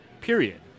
period